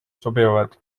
sobivad